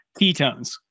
ketones